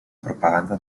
propaganda